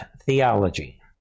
theology